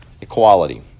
Equality